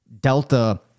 delta